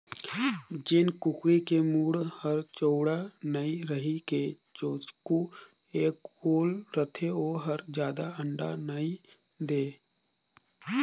जेन कुकरी के मूढ़ हर चउड़ा नइ रहि के चोचकू य गोल रथे ओ हर जादा अंडा नइ दे